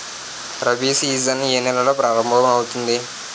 Rabi season ఏ నెలలో ప్రారంభమౌతుంది?